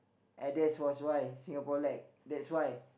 and that was why Singapore let that's why